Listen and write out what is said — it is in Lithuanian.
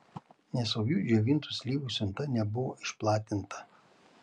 nesaugių džiovintų slyvų siunta nebuvo išplatinta